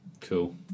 cool